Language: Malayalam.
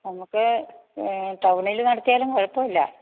നമുക്ക് ടൗണിൽ നടത്തിയാലും കുഴപ്പമില്ല